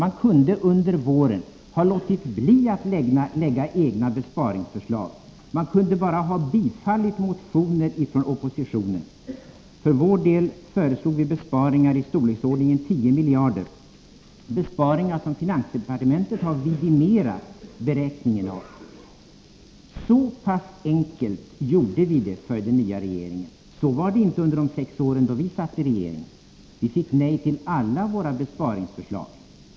Man kunde under våren ha låtit bli att lägga fram egna besparingsförslag, man kunde bara ha bifallit motioner från oppositionen. För vår del föreslog vi besparingar i storleksordningen 10 miljarder, besparingar som finansdepartementet har vidimerat beräkningen av. Så pass enkelt gjorde vi det för den nya regeringen. Så var det inte under de sex år vi satt i regeringen. Vi fick nej till alla våra besparingsförslag.